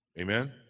Amen